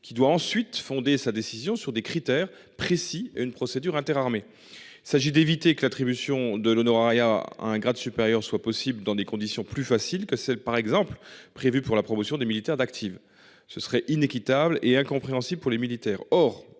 qui doit ensuite fondé sa décision sur des critères précis. Une procédure interarmées s'agit d'éviter que l'attribution de l'honorariat à un grade supérieur, soit possible dans des conditions plus faciles que celle par exemple prévu pour la promotion des militaires d'active, ce serait inéquitable et incompréhensible pour les militaires.